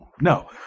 no